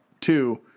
Two